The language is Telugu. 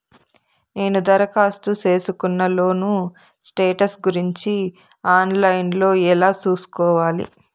నేను దరఖాస్తు సేసుకున్న లోను స్టేటస్ గురించి ఆన్ లైను లో ఎలా సూసుకోవాలి?